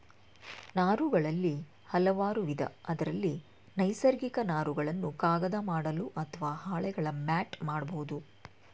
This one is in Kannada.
ನಾರುಗಳಲ್ಲಿ ಹಲವಾರುವಿಧ ಅದ್ರಲ್ಲಿ ನೈಸರ್ಗಿಕ ನಾರುಗಳನ್ನು ಕಾಗದ ಮಾಡಲು ಅತ್ವ ಹಾಳೆಗಳ ಮ್ಯಾಟ್ ಮಾಡ್ಬೋದು